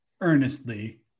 earnestly